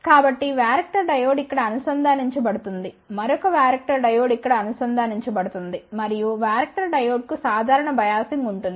కాబట్టి varactor diode ఇక్కడ అనుసంధానించబడుతుందిమరొక వ్యారక్టర్ డయోడ్ ఇక్కడ అనుసంధానించబడుతుంది మరియు వ్యారక్టర్ డయోడ్ కు సాధారణ బయాసింగ్ ఉంటుంది